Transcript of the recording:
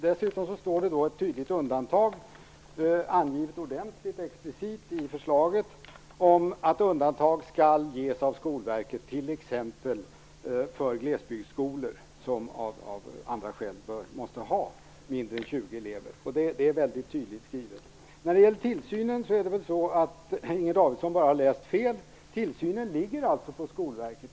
Dessutom står det explicit angivet i förslaget att undantag skall ges av Skolverket t.ex. för glesbygdsskolor som av andra skäl måste ha mindre än 20 elever. Det är väldigt tydligt skrivet. När det gäller tillsynen har nog Inger Davidson bara läst fel. Tillsynsansvaret ligger på Skolverket.